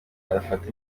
afata